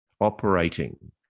operating